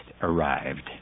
arrived